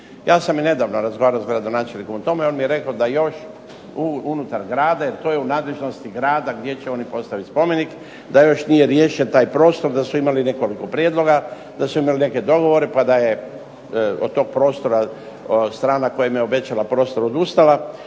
Ja sam i nedavno razgovarao sa gradonačelnikom o tome. On mi je rekao da još unutar grada, to je u nadležnosti grada gdje će oni postaviti spomenik, da još nije riješen taj prostor, da su imali nekoliko prijedloga, da su imali neke dogovore, pa da je od tog prostora strana koja im je obećala prostor odustala